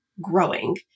growing